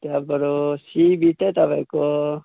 त्यहाँबाट सिँबी त तपाईँको